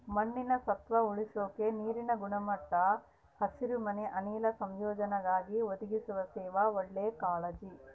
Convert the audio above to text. ಮಣ್ಣಿನ ಸತ್ವ ಉಳಸಾಕ ನೀರಿನ ಗುಣಮಟ್ಟ ಹಸಿರುಮನೆ ಅನಿಲ ಸಂಯೋಜನೆಗಾಗಿ ಒದಗಿಸುವ ಸೇವೆ ಒಳ್ಳೆ ಕಾಳಜಿ